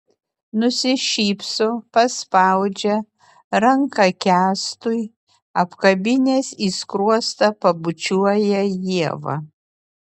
nusišypso paspaudžia ranką kęstui apkabinęs į skruostą pabučiuoja ievą